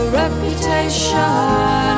reputation